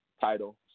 title